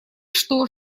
что